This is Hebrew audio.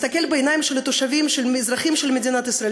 ולהסתכל בעיניים של התושבים שהם אזרחים של מדינת ישראל,